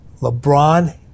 LeBron